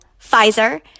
Pfizer